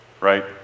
right